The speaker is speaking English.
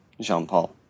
Jean-Paul